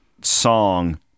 song